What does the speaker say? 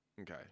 Okay